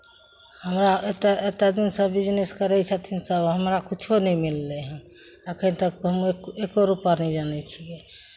हमरा एतेक एतेक दिनसँ बिजनेस करै छथिन सभ हमरा किछो नहि मिललै हन एखन तक कोनो एक्को रुपैआ नहि जानै छियै